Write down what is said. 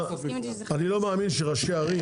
אני לא מאמין שראשי הערים,